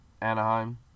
Anaheim